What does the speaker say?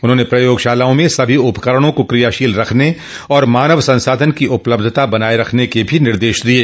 उन्होंने प्रयोगशालाओं में सभी उपकरणों को क्रियाशील रखने और मानव संसाधन की उपलब्धता बनाये रखने के भी निर्देश दिये